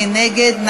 מי נגד?